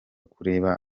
kureba